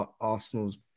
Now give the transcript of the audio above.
Arsenal's